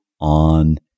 on